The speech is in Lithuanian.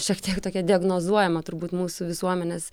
šiek tiek tokia diagnozuojama turbūt mūsų visuomenės